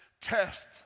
test